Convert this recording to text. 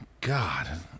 God